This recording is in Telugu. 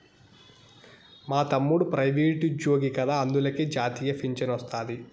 మా తమ్ముడు ప్రైవేటుజ్జోగి కదా అందులకే జాతీయ పింఛనొస్తాది